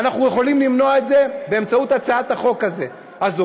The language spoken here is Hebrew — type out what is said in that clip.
ואנחנו יכולים למנוע את זה באמצעות הצעת החוק הזאת.